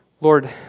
Lord